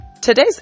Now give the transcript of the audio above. Today's